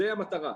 זו המטרה.